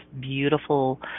beautiful